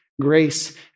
grace